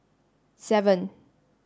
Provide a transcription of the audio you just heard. seven